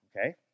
Okay